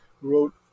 wrote